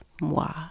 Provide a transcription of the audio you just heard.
moi